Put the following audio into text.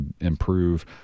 improve